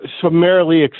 summarily